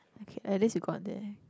okay at least you got there